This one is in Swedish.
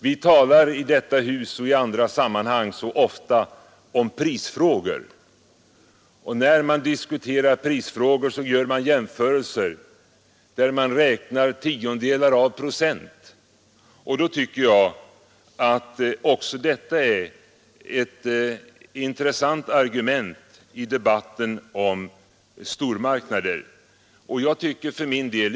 Vi talar i detta hus och i andra sammanhang så ofta om prisfrågor. När man diskuterar prisfrågor gör man jämförelser där man räknar tiondelar av procent, och då tycker jag att också detta är ett intressant argument i debatten om stormarknader.